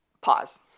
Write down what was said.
Pause